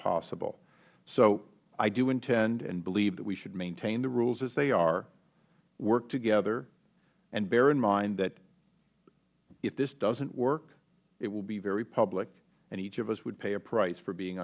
possible so i do intend and believe that we should maintain the rules as they are work together and bear in mind that if this doesn't work it will be very public and each of us would pay a price for being